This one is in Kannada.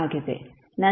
ಆಗಿದೆ